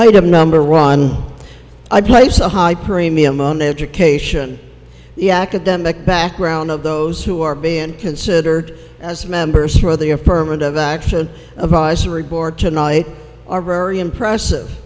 a high premium on education the academic background of those who are being considered as members of the affirmative action advisory board tonight are very impressive